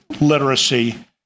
literacy